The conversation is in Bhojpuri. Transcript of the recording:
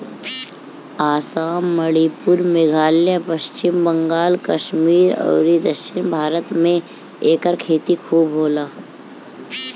आसाम, मणिपुर, मेघालय, पश्चिम बंगाल, कश्मीर अउरी दक्षिण भारत में एकर खेती खूब होला